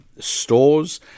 stores